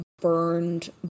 burned